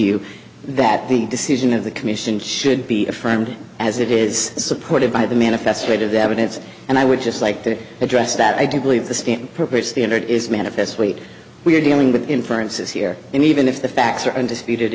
you that the decision of the commission should be affirmed as it is supported by the manifest right of the evidence and i would just like to address that i do believe the stand appropriate standard is manifest weight we're dealing with inferences here and even if the facts are undisputed